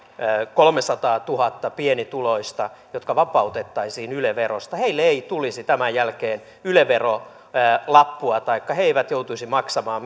kolmesataatuhatta pienituloista jotka vapautettaisiin yle verosta heille ei tulisi tämän jälkeen yle verolappua taikka he eivät joutuisi maksamaan